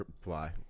fly